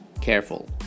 careful